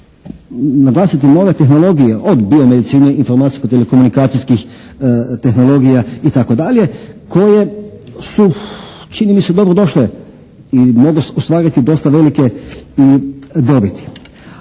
naglasiti nove tehnologije od biomedicine, informacijsko-telekomunikacijskih tehnologija i tako dalje koje su čini mi se dobro došle i mogu ostvariti dosta velike i dobiti.